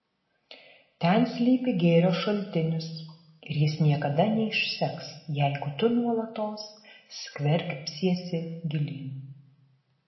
ten slypi gėrio šaltinis ir jis niekada neišseks jeigu tu nuolatos skverbsiesi gilyn